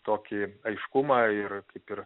tokį aiškumą ir kaip ir